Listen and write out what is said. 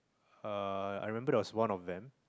ah I remember there's one of them